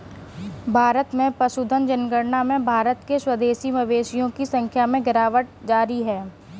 भारत में पशुधन जनगणना में भारत के स्वदेशी मवेशियों की संख्या में गिरावट जारी है